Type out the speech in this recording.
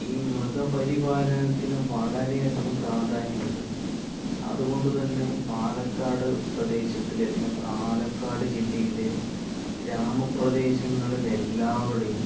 ഈ മൃഗ പരിപാലനത്തിന് വളരെയധികം പ്രാധാന്യം ഉണ്ട് അതുകൊണ്ടു തന്നെ പാലക്കാട് പ്രദേശത്തില് അല്ലെങ്കിൽ പാലക്കാട് ജില്ലയിലെ ഗ്രാമ പ്രദേശങ്ങിലെല്ലാവിടെയും